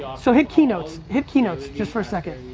so hit key notes, hit key notes just for a second.